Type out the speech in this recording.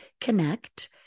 connect